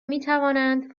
میتوانند